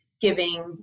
giving